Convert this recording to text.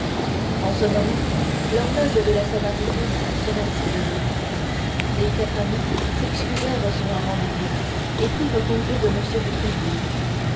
en ce moment l'horloge de la samaritaine sonna six heures les quatre amis s'excusèrent sur un rendez-vous et prirent congé de m de